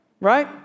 Right